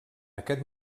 aquest